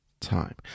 time